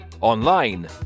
online